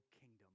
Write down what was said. kingdom